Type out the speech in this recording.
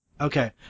Okay